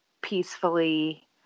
peacefully